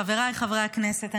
חבריי חברי הכנסת,